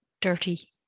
dirty